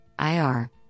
IR